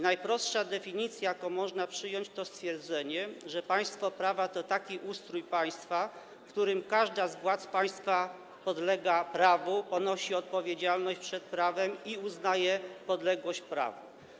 Najprostsza definicja, jaką można przyjąć, to stwierdzenie, że państwo prawa to taki ustrój państwa, w którym każda z władz państwa podlega prawu, ponosi odpowiedzialność przed prawem i uznaje podległość prawa.